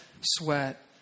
sweat